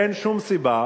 אין שום סיבה